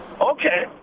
Okay